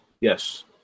Yes